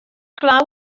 glaw